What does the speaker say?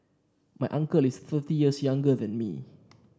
my uncle is thirty years younger than me